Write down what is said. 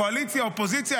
קואליציה-אופוזיציה,